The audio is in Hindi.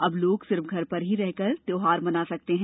अब लोग सिर्फ घर पर रहकर ही त्योहार मना सकते हैं